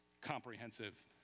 comprehensive